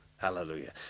Hallelujah